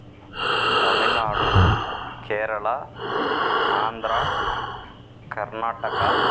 Tamil Nadu Kerala Andhra Karnataka